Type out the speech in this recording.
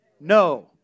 No